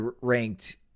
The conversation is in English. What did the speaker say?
ranked